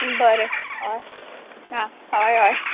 बरें हय आं हय हय